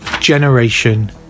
generation